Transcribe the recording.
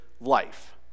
life